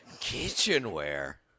kitchenware